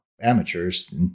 amateurs